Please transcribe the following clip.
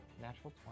natural